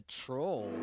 troll